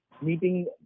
meeting